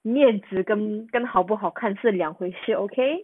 面子跟跟好不好看是两回事 okay